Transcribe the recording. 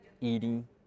eating